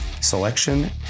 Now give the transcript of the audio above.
selection